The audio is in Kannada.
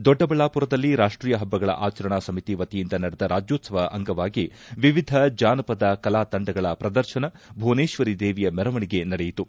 ದೊಡ್ಡಬಳ್ಳಾಪುರದಲ್ಲಿ ರಾಷ್ಟೀಯ ಹಬ್ಬಗಳ ಆಚರಣಾ ಸಮಿತಿ ವತಿಯಿಂದ ನಡೆದ ರಾಜ್ಯೋತ್ಸವದ ಅಂಗವಾಗಿ ವಿವಿಧ ಜಾನಪದ ಕಲಾತಂಡಗಳ ಪ್ರದರ್ತನ ಭುವನೇಶ್ವರಿ ದೇವಿಯ ಮೆರವಣಿಗೆ ನಡೆಯಿತು